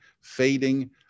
fading